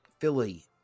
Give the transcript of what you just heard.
Philly